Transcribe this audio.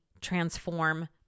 transform